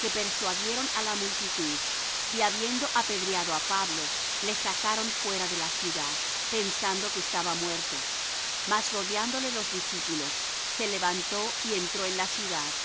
que persuadieron á la multitud y habiendo apedreado á pablo le sacaron fuera de la ciudad pensando que estaba muerto mas rodeándole los discípulos se levantó y entró en la ciudad